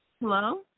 Hello